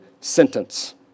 sentence